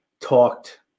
talked